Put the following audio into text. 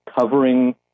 covering